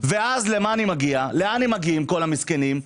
ואז לאן מגיעים כל המסכנים האלה?